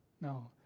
No